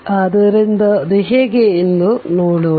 ಆದ್ದರಿಂದ ಅದು ಹೇಗೆ ಎಂದು ನೋಡೋಣ